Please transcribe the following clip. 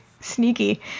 Sneaky